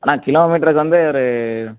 அண்ணா கிலோ மீட்டருக்கு வந்து ஒரு